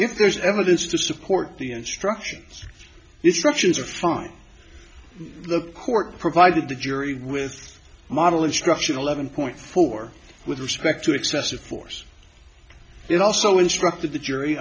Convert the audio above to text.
if there's evidence to support the instructions this structures are fine the court provided the jury with model instructional levon point four with respect to excessive force it also instructed the jury